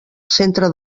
centre